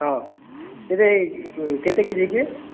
ହଁ କେତେ କେତେ କେ ଜି କି